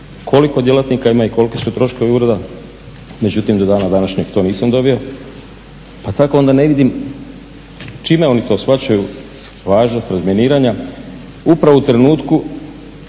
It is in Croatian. koliko djelatnika ima i koliki su troškovi ureda. Međutim, do dana današnjeg to nisam dobio, pa tako onda ne vidim čime oni to shvaćaju važnost razminiranja upravo u trenutku